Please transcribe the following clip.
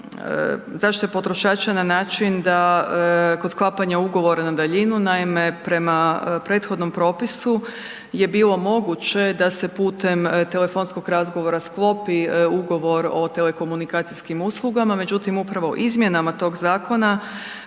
zaštite potrošača na način da kod sklapanja ugovora na daljinu, naime, prema prethodnom propisu je bilo moguće da se putem telefonskog razgovora sklopi ugovor o telekomunikacijskim uslugama, međutim upravo izmjenama tog Zakona